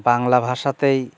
বাংলা ভাষাতেই